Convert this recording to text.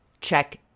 check